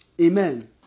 Amen